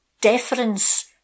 deference